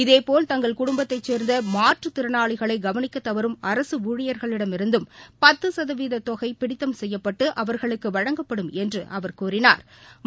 இதேபோல் தங்கள் குடும்பத்தைச் சேர்ந்தமாற்றுத் திறனாளிகளைகவனிக்கத் தவறும் அரசுஊழியர்களிடமிருந்தும் பத்துசதவீததொகைபிடித்தம் செய்யப்பட்டுஅவா்களுக்குவழங்கப்படும் என்றுஅவா் கூறினாா்